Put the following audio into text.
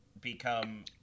Become